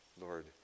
Lord